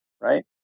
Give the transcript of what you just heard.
right